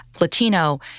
Latino